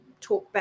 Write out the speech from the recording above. talkback